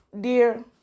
dear